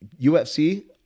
UFC